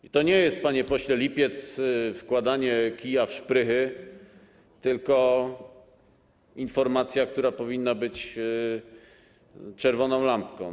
I to nie jest, panie pośle, lipiec, wkładanie kija w szprychy, tylko informacja, która powinna być dla was czerwoną lampką.